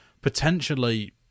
potentially